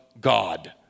God